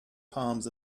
palms